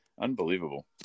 Unbelievable